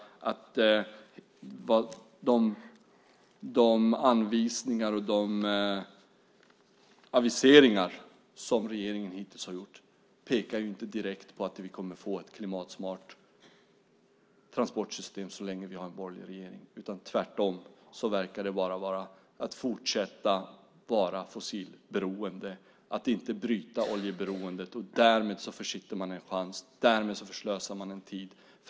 De aviseringar som regeringen hittills har gjort pekar inte direkt på att vi kommer att få ett klimatsmart transportsystem så länge vi har en borgerlig regering. Det verkar tvärtom vara så att vi ska fortsätta att vara fossilberoende. Man bryter inte oljeberoendet, och därmed försitter man en chans och förslösar tid.